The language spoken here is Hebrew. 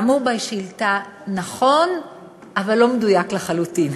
האמור בשאילתה נכון אבל לא מדויק לחלוטין.